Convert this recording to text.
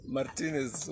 Martinez